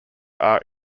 are